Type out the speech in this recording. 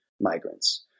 migrants